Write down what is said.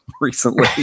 recently